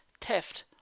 theft